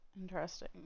Interesting